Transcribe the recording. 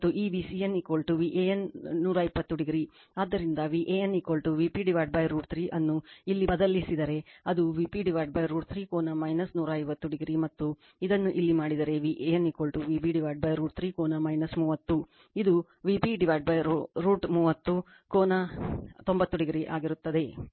ಆದ್ದರಿಂದ Van Vp√ 3 ಅನ್ನು ಇಲ್ಲಿ ಬದಲಿಸಿದರೆ ಅದು Vp √ 3 ಕೋನ 150o ಮತ್ತು ಇದನ್ನು ಇಲ್ಲಿ ಮಾಡಿದರೆ Van Vp √ 3 ಕೋನ 30 ಇದು Vp √ 30 ಕೋನ 90o ಆಗಿರುತ್ತದೆ